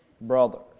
brothers